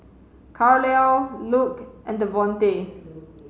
Carlyle Luc and Devonte